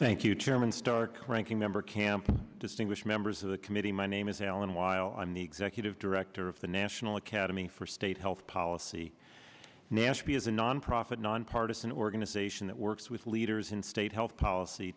thank you chairman stark ranking member camp distinguished members of the committee my name is alan while i'm the executive director of the national academy for state health policy nationally is a nonprofit nonpartisan organization that works with leaders in state health policy